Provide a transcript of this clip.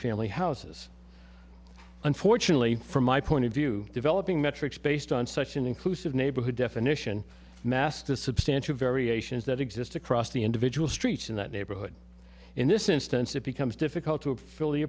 family houses unfortunately from my point of view developing metrics based on such an inclusive neighborhood definition masta substantial variations that exist across the individual streets in that neighborhood in this instance it becomes difficult to fill